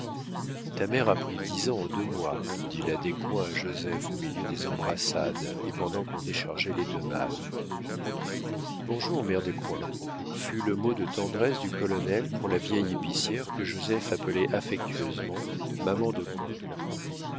ta mère a pris dix ans en deux mois dit la descoings à joseph au milieu des embrassades et pendant qu'on déchargeait les deux malles bonjour mère descoings fut le mot de tendresse du colonel pour la vieille épicière que joseph appelait affectueusement maman descoings